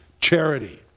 charity